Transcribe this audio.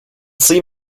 see